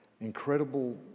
incredible